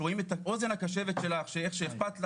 רואים את האוזן הקשבת שלך איך שאכפת לך,